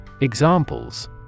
Examples